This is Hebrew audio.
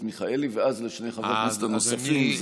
מיכאלי ואז לשני חברי הכנסת הנוספים.